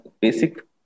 basic